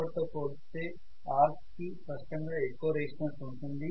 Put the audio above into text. copper తో పోల్చితే arc కి స్పష్టంగా ఎక్కువ రెసిస్టెన్స్ ఉంటుంది